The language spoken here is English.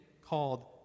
called